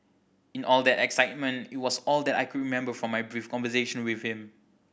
in all that excitement it was all that I could remember from my brief conversation with him